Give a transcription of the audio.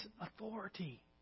authority